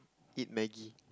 eat maggi